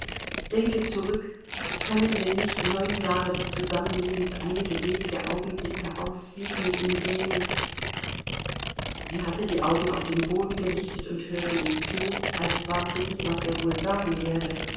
denke zurück können denn nicht neun jahre des zusammenlebens einige wenige augenblicke aufwiegen in denen sie hatte die augen auf den boden gerichtet und hörte ihm zu als warte sie was er wohl sagen werde